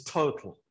total